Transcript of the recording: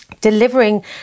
delivering